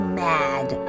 mad